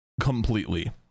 Completely